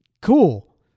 Cool